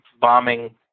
bombing